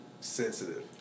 sensitive